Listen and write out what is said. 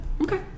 Okay